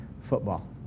football